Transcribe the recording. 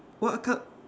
what kind